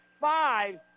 five